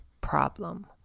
problem